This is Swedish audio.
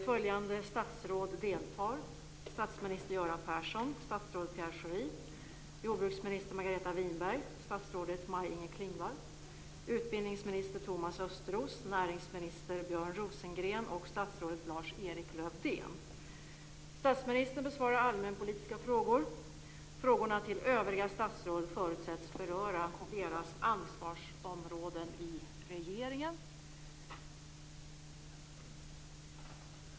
Följande statsråd deltar: statsminister Frågorna till övriga statsråd förutsätts beröra deras ansvarsområden i regeringen.